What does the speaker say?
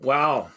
Wow